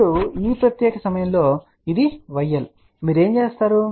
ఇప్పుడు ఈ ప్రత్యేక సమయంలో ఇది yL మీరు ఏమి చేస్తారు